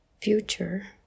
future